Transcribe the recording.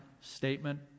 statement